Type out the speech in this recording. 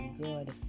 good